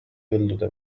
põldude